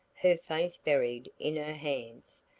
her face buried in her hands,